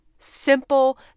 simple